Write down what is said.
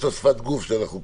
ליוויתי את זה, ואני